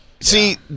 See